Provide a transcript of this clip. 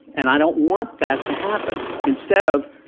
and i don't want that to happen, instead of,